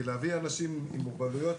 כי להביא אנשים עם מוגבלויות,